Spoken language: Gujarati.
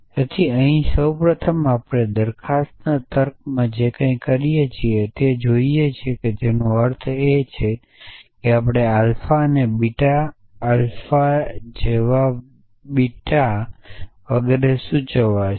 તેથી અહીં સૌ પ્રથમ આપણે દરખાસ્તના તર્કમાં જે કંઇક કરીએ છીએ તે જોઇયે જેનો અર્થ છે કે આપણે આલ્ફા અને બીટા આલ્ફા જેવા બીટા વગેરે સૂચવે છે